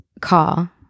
car